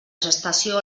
gestació